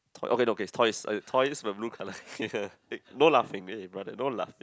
okay okay toys uh toys with blue colour eh no laughing eh brother no laughing